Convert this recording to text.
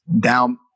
down